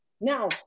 Now